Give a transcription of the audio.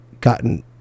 gotten